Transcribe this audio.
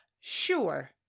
Sure